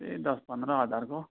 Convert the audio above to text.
त्यहु दस पन्ध्र हजारको